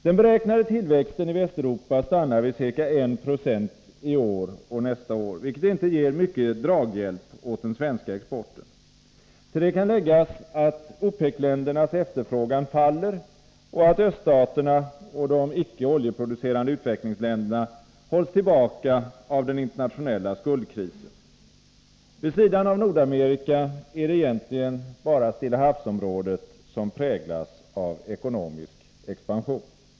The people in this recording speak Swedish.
Den beräknade tillväxten i Västeuropa stannar vid ca 1 9o i år och nästa år, vilket inte ger mycket draghjälp åt den svenska exporten. Till detta kan läggas att OPEC-ländernas efterfrågan faller och att öststaterna och de icke oljeproducerande utvecklingsländerna hålls tillbaka av den internationella skuldkrisen. Vid sidan av Nordamerika är det egentligen endast Stillahavsområdet som präglas av ekonomisk expansion.